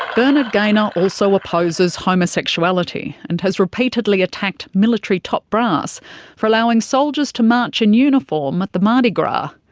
bernard gaynor also opposes homosexuality, and has repeatedly attacked military top brass for allowing soldiers to march in uniform at the mardi gras.